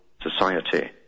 society